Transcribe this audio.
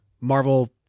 Marvel